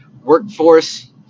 workforce